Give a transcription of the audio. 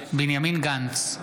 בנימין גנץ,